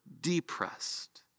depressed